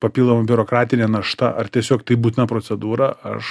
papildoma biurokratinė našta ar tiesiog tai būtina procedūra aš